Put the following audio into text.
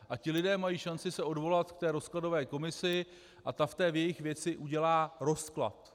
A lidé mají šanci se odvolat k rozkladové komisi a ta v jejich věci udělá rozklad.